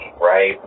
right